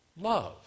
love